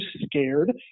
scared